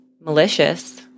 malicious